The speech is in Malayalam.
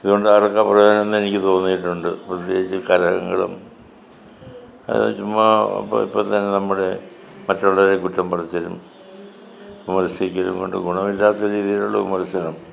ഇതുകൊണ്ട് ആർക്കാണ് പ്രയോജനം എനിക്ക് തോന്നിയിട്ടുണ്ട് പ്രത്യേകിച്ച് കലഹങ്ങളും ചുമ്മാ ഇപ്പോൾ ഇപ്പം തന്നെ നമ്മുടെ മറ്റുള്ളവരെ കുറ്റം പറച്ചിലും വിമർശിക്കലും കൊണ്ട് ഗുണമില്ലാത്ത രീതീയിൽ ഉള്ള വിമർശനം